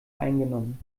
eingenommen